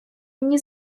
мені